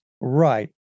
Right